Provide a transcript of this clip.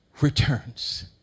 returns